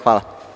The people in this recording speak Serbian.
Hvala.